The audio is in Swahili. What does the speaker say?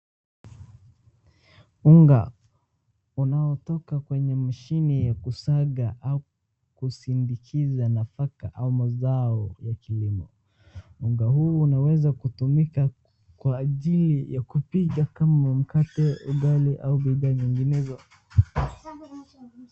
Unga unaotoka kwenye mashini ya kusaga au kusindikiza nafaka au mazao ya kilimo unga huu unaweza kutumika kwa ajili ya kupika kama mkate ugali au bidhaa nyinginezo.